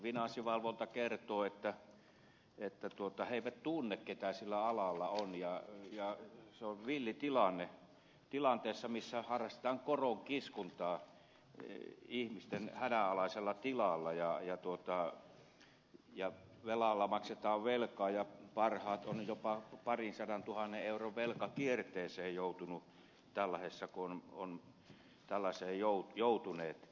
finanssivalvonta kertoo että he eivät tunne keitä sillä alalla on ja se on villi tilanne tilanne missä harrastetaan koronkiskontaa ihmisten hädänalaisella tilalla ja velalla maksetaan velkaa ja parhaat ovat jopa parinsadantuhannen euron velkakierteeseen joutunut tällaiset kun on täällä se ei oo joutuneet